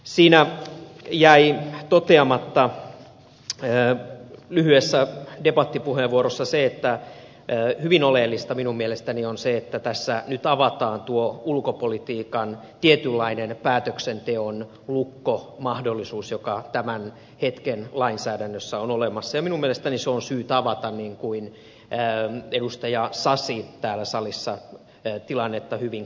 siinä jäi toteamatta lyhyessä debattipuheenvuorossa se että hyvin oleellista minun mielestäni on se että tässä nyt avataan tuo ulkopolitiikan tietynlainen päätöksenteon lukko mahdollisuus joka tämän hetken lainsäädännössä on olemassa ja minun mielestäni se on syytä avata niin kuin edustaja sasi täällä salissa tilannetta hyvin kuvasi